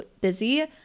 busy